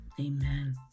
Amen